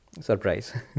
Surprise